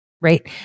right